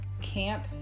camp